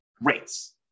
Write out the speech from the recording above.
rates